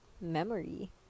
memory